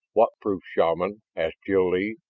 what proof, shaman? asked jil-lee.